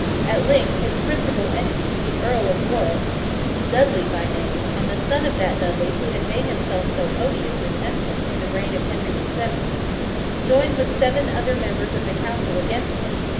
at length, his principal enemy, the earl of warwick dudley by name, and the son of that dudley who had made himself so odious with empson, in the reign of henry the seventh joined with seven other members of the council against him,